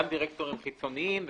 גם דירקטורים חיצוניים,